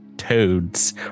toads